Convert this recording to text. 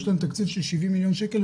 יש להם תקציב של 70 מיליון שקל,